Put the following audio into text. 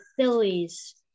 Phillies